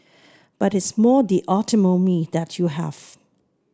but it's more the autonomy that you have